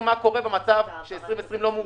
שמסדירה מה קורה במצב שתקציב 2020 לא מאושר.